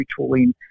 retooling